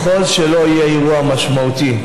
ככל שלא יהיה אירוע משמעותי.